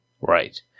Right